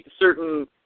certain